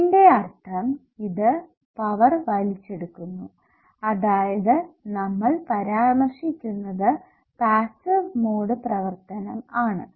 അതിന്റെ അർത്ഥം ഇത് പവർ വലിച്ചെടുക്കുന്നു അതായത് നമ്മൾ പരാമർശിക്കുന്നത് പാസ്സീവ് മോഡ് പ്രവർത്തനം ആണ്